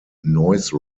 noise